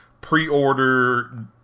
pre-order